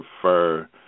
prefer